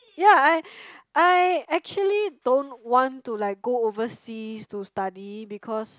ya I I actually don't want to like go overseas to study because